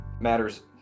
matters